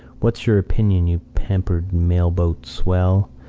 whats your opinion, you pampered mail-boat swell?